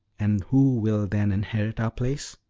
and who will then inherit our place?